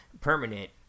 permanent